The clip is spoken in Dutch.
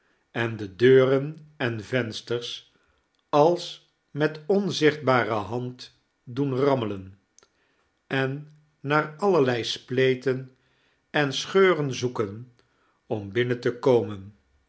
en de deuren en vensters als met onzichtbare liand doen rammelen en naar allerlei spleten en scbeuren zoeken om binnen te komen